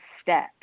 step